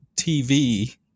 TV